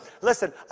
Listen